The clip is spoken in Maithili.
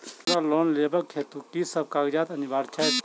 हमरा लोन लेबाक हेतु की सब कागजात अनिवार्य छैक?